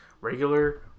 regular